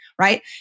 right